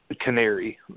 Canary